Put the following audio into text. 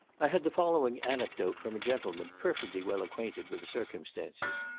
i had the following anecdote from a gentleman perfectly well acquainted with the circumstances.